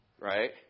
right